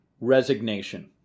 resignation